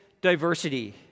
diversity